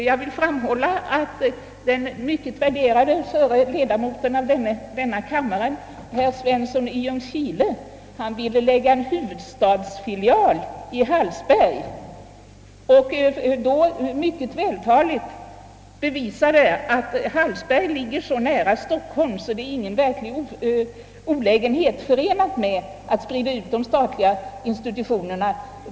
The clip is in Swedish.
Jag vill erinra om att den mycket värderade förre ledamoten av denna kammare, herr Svensson i Ljungskile, ville förlägga en huvudstadsfilial till Hallsberg. Han bevisade mycket vältaligt att Hallsberg ligger så nära Stockholm att ingen verklig olägenhet var förenad med en sådan spridning av de statliga institutionerna.